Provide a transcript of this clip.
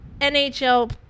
NHL